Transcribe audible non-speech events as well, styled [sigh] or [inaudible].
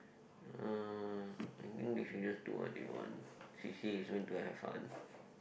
uh I think they should just do what they want C_C_A is meant to have fun [breath]